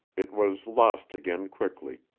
it was lost again quickly,